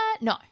No